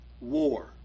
war